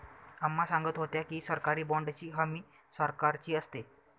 अम्मा सांगत होत्या की, सरकारी बाँडची हमी सरकारची असते